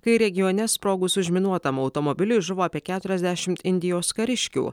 kai regione sprogus užminuotam automobiliui žuvo apie keturiasdešimt indijos kariškių